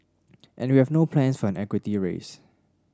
and we have no plans for an equity raise